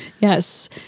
Yes